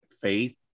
faith